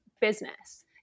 business